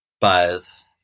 Buzz